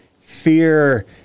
fear